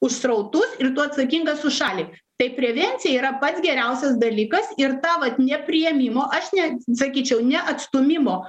už srautus ir tu atsakingas už šalį tai prevencija yra pats geriausias dalykas ir tą vat nepriėmimo aš ne sakyčiau neatstūmimo